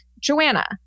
Joanna